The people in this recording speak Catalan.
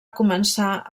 començar